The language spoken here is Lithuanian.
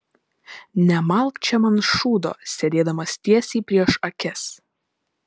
nemalk čia man šūdo sėdėdamas tiesiai prieš akis